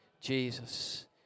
Jesus